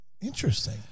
Interesting